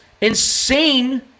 insane